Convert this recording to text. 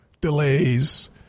delays